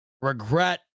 regret